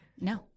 no